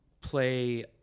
play